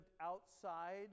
outside